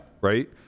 Right